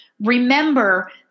remember